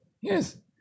Yes